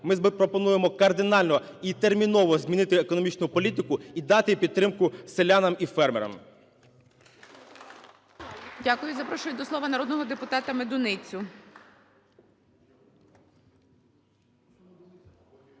Ми пропонуємо кардинально і терміново змінити економічну політику і дати підтримку селянам і фермерам. ГОЛОВУЮЧИЙ. Дякую. Запрошую до слова народного депутата Медуницю.